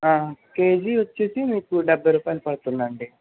KG వచ్చేసి మీకు డెబ్బై రూపాయలు పడుతుంది అండి